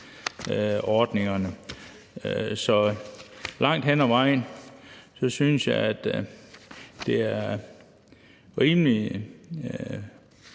Så langt hen ad vejen synes jeg, det er rimelige